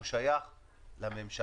הוא שייך לממשלה,